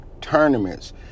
tournaments